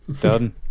done